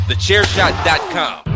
TheChairShot.com